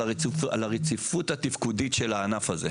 על הרציפות התפקודית של הענף הזה.